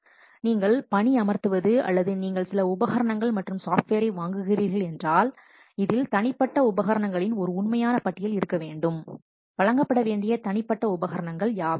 எனவே நீங்கள் பணியமர்த்துவது அல்லது நீங்கள் சில உபகரணங்கள் மற்றும் சாப்ட்வேரை வாங்குகிறீர்களானால் இதில் தனிப்பட்ட உபகரணங்களின் ஒரு உண்மையான பட்டியல் இருக்க வேண்டும் வழங்கப்பட வேண்டிய தனிப்பட்ட உபகரணங்கள் யாவை